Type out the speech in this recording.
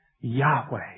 Yahweh